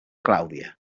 clàudia